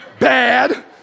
Bad